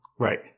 Right